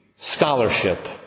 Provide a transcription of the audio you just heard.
scholarship